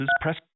Press